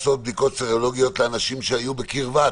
לאנשים שהיו בקרבת